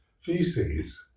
feces